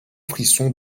frisson